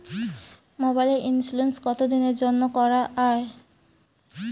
মোবাইলের ইন্সুরেন্স কতো দিনের জন্যে করা য়ায়?